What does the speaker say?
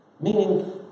Meaning